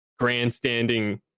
grandstanding